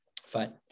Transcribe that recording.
fine